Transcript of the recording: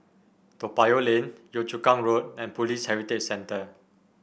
Toa Payoh Lane Yio Chu Kang Road and Police Heritage Centre